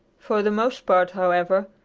for the most part, however,